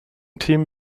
team